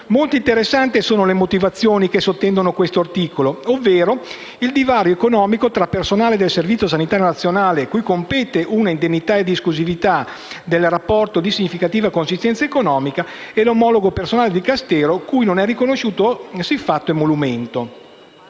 Molto interessanti sono le motivazioni che sottendono questo articolo, ovvero il divario economico tra personale del Servizio sanitario nazionale, cui compete una indennità di esclusività del rapporto di significativa consistenza economica e l'omologo personale del Dicastero, cui non è riconosciuto siffatto emolumento.